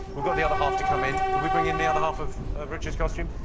we've got the other half to come in. could we bring in the other half of richard's costume?